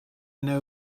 know